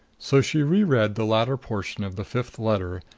so she reread the latter portion of the fifth letter,